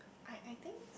I I think